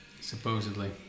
Supposedly